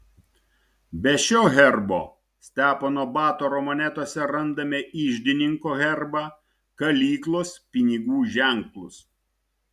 be šio herbo stepono batoro monetose randame iždininko herbą kalyklos pinigų ženklus